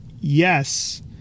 yes